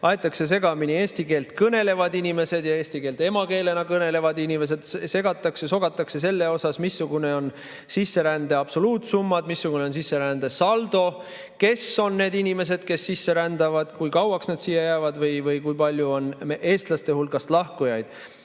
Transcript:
Aetakse segamini eesti keelt kõnelevad inimesed ja eesti keelt emakeelena kõnelevad inimesed, segatakse-sogatakse selles, missugune on sisserände absoluutsumma, missugune on sisserände saldo, kes on need inimesed, kes sisse rändavad, kui kauaks nad siia jäävad või kui palju on eestlaste hulgas lahkujaid.